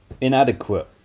inadequate